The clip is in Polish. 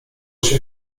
się